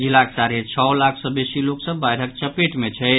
जिलाक साढ़े छओ लाख सँ बेसी लोक सभ बाढ़िक चपेट मे छथि